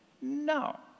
no